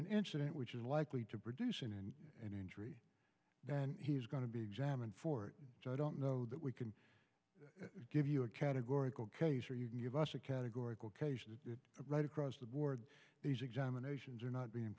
an incident which is likely to produce an in an injury then he is going to be examined for it so i don't know that we can give you a categorical case or you can give us a categorical right across the board these examinations are not being